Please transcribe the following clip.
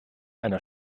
einer